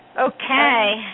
Okay